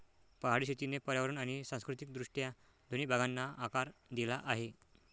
पहाडी शेतीने पर्यावरण आणि सांस्कृतिक दृष्ट्या दोन्ही भागांना आकार दिला आहे